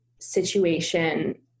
situation